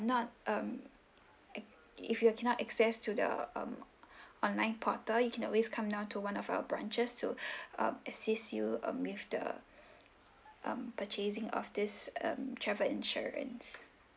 not um acc~ if you're cannot access to the um online portal you can always come down to one of our branches to um assist you um with the um purchasing of this um travel insurance